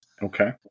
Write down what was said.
Okay